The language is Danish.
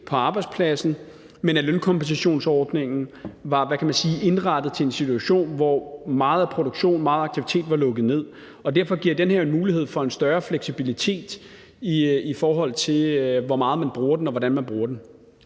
på arbejdspladsen, men hvor lønkompensationsordningen var indrettet til en situation, hvor meget af produktionen og meget af aktiviteten var lukket ned. Derfor giver det her mulighed for en større fleksibilitet, i forhold til hvor meget man bruger den og hvordan man bruger den.